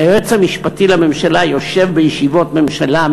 שהיועץ המשפטי לממשלה יושב בישיבות ממשלה,